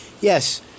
Yes